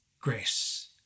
grace